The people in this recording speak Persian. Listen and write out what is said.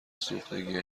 سوختگی